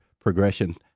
progression